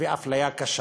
ואפליה קשה.